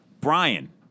Brian